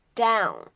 down